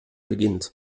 beginnt